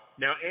Now